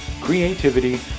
creativity